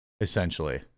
essentially